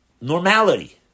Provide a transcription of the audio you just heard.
normality